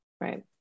right